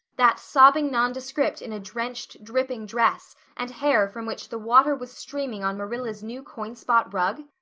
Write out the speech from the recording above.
that sobbing nondescript in a drenched, dripping dress and hair from which the water was streaming on marilla's new coin-spot rug?